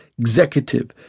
executive